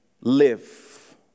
live